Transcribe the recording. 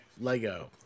lego